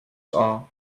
are